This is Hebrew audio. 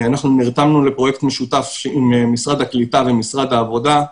אנחנו נרתמנו לפרויקט משותף עם משרד הקליטה ומשרד העבודה.